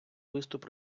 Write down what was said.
виступ